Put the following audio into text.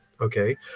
Okay